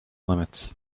limits